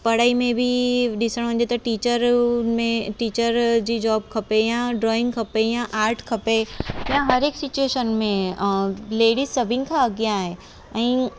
पढ़ाई में बि ॾिसणु वञे त टीचरुन में टीचर जी जॉब खपे या ड्राईंग खपे या आर्ट खपे या हर एक सिचुएशन में अ लेडीज सभिनि खां अॻियां आहे ऐं